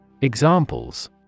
Examples